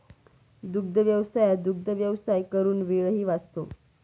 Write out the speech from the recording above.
दुग्धव्यवसायात दुग्धव्यवसाय करून वेळही वाचतो